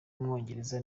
w’umwongereza